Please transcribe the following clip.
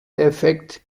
effekt